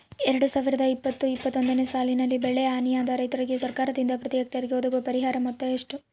ಎರಡು ಸಾವಿರದ ಇಪ್ಪತ್ತು ಇಪ್ಪತ್ತೊಂದನೆ ಸಾಲಿನಲ್ಲಿ ಬೆಳೆ ಹಾನಿಯಾದ ರೈತರಿಗೆ ಸರ್ಕಾರದಿಂದ ಪ್ರತಿ ಹೆಕ್ಟರ್ ಗೆ ಒದಗುವ ಪರಿಹಾರ ಮೊತ್ತ ಎಷ್ಟು?